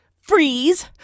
freeze